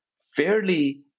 fairly